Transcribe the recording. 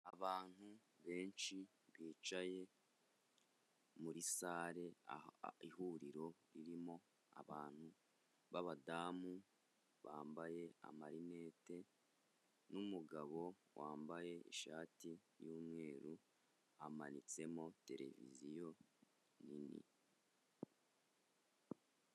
Abantu benshi bicaye muri sale, ihuriro ririmo abantu b'abadamu, bambaye amarinete, n'umugabo wambaye ishati y'umweru, hamanitsemo televiziyo nini.